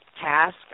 task